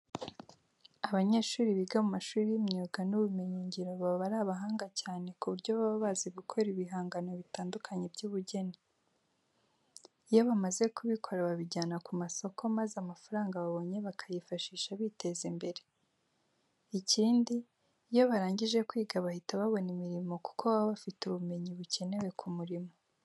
Abanyeshuri biga mu mashuri y'imyuga n'ubumenyingiro baba ari abahanga cyane ku buryo baba bazi gukora ibihangano bitandukanye by'ubugeni. Iyo bamaze kubikora babijyana ku masoko maza amafaranga babonye bakayifashisha biteza imbere. Ikindi, iyo barangije kwiga bahita babona imirimo kuko baba bafite ubumenyi bukenewe ku murimo.